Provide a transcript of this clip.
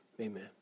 amen